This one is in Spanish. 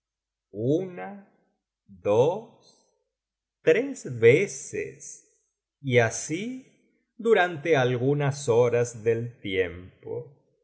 una dos tres veces y así durante algunas horas del tiempo